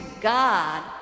God